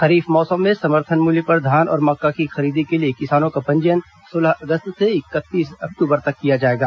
खरीफ मौसम में समर्थन मूल्य पर धान और मक्का की खरीदी के लिए किसानों का पंजीयन सोलह अगस्त से इकतीस अक्टूबर तक किया जाएगा